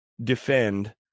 defend